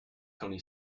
tony